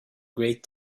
great